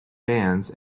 bands